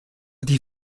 die